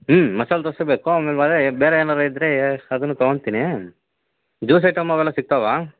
ಹ್ಞೂ ಮಸಾಲೆ ದೋಸೆ ಬೇಕು ಆಮೇಲೆ ಅದೇ ಬೇರೆ ಏನಾರೂ ಇದ್ರೆ ಅದನ್ನೂ ತೊಗೊಳ್ತೀನಿ ಜ್ಯೂಸ್ ಐಟಮ್ ಅವೆಲ್ಲ ಸಿಗ್ತಾವಾ